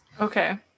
Okay